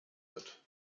wird